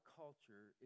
culture